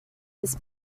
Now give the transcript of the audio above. his